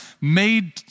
made